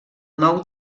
nou